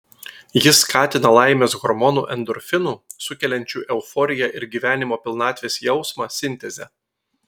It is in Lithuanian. jis skatina laimės hormonų endorfinų sukeliančių euforiją ir gyvenimo pilnatvės jausmą sintezę